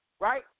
right